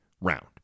round